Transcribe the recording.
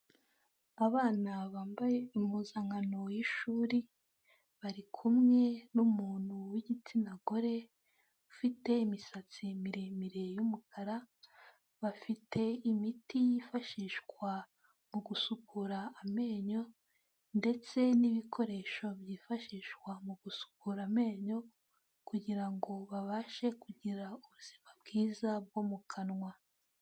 Abana bambaye impuzankano y'ishuri bari kumwe n'umuntu w'igitsina gore, ufite imisatsi miremire y'umukara, bafite imiti yifashishwa mu gusukura amenyo ndetse n'ibikoresho byifashishwa mu gusukura amenyo, kugira ngo babashe kugira ubuzima bwiza bwo mu kanwa.